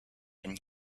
and